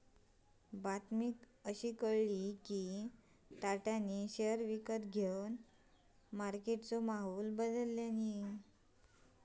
बातमी समाजली हा कि टाटानी शेयर विकत घेवन मार्केटचो माहोल बदलल्यांनी